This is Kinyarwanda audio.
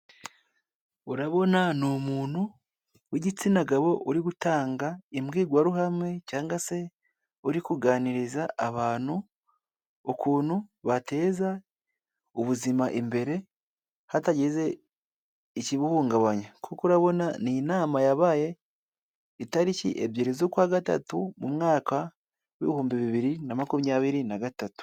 Urabona ni umuntu w'igitsina gabo, uri gutanga imbwirwaruhame, cyangwa se uri kuganiriza abantu, ukuntu bateza ubuzima imbere, hatagize ikibuhungabanya, kuko urabona ni inama yabaye itariki ebyiri z'ukwa gatatu, mu mwaka w'ibihumbi bibiri na makumyabiri na gatatu.